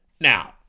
Now